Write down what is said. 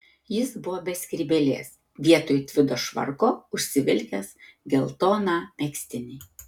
jis buvo be skrybėlės vietoj tvido švarko užsivilkęs geltoną megztinį